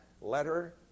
letter